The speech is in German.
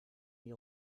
die